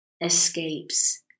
escapes